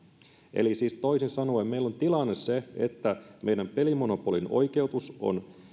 eli siis toisin sanoen meillä on tilanne se että meidän pelimonopolimme oikeutus on